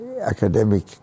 academic